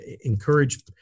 encourage